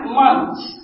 months